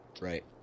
Right